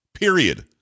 Period